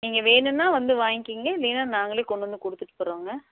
நீங்கள் வேணும்னா வந்து வாங்கோக்கங்க இல்லைன்னா நாங்களே கொண்டு வந்து கொடுத்துட்டு போகிறோங்க